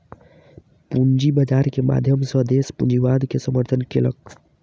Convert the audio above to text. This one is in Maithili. पूंजी बाजार के माध्यम सॅ देस पूंजीवाद के समर्थन केलक